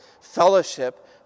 fellowship